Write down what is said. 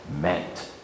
meant